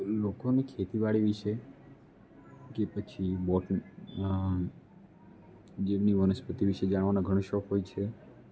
લોકોને ખેતીવાડી વિષે કે પછી બોટ જેમને વનસ્પતિ વિષે જાણવાનો ઘણો શોખ હોય છે